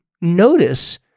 notice